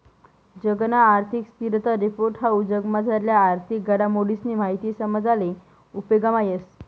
जगना आर्थिक स्थिरता रिपोर्ट हाऊ जगमझारल्या आर्थिक घडामोडीसनी माहिती समजाले उपेगमा येस